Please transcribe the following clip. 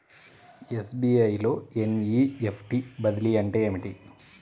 SBI లో NEFT బదిలీ అంటే ఏమిటి?